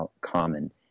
common